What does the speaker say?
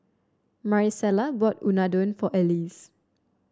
Marisela bought Unadon for Alease